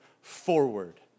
forward